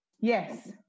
Yes